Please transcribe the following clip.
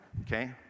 Okay